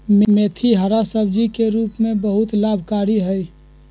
मेथी हरा सब्जी के रूप में बहुत लाभकारी हई